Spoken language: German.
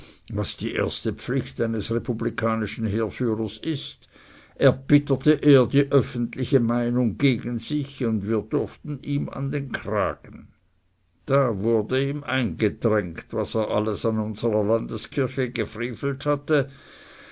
was die erste pflicht eines republikanischen heerführers ist erbitterte er die öffentliche meinung gegen sich und wir durften ihm an den kragen da wurde ihm eingetränkt was er alles an unserer landeskirche gefrevelt hatte